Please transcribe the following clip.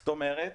זאת אומרת,